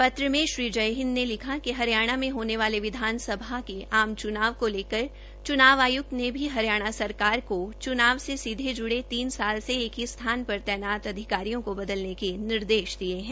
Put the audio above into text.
पत्र में श्री जयहिंद ने लिखा है कि हरियाणा मे होने वाले चुनाव विधानसभा के आम चुनाव को लेकर चुनाव आयुक्त ने भी हरियाणा सरकार को चुनाव से सीधे जुड़े तीन साल से एक ही स्थान पर तैनात अधिकारियों को बदलने के निर्देश दिये है